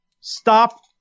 stop